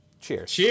Cheers